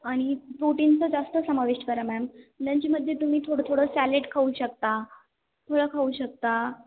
आणि प्रोटीनचा जास्त समावेश करा मॅम लंचमध्ये तुम्ही थोडं थोडं सॅलेड खाऊ शकता फळं खाऊ शकता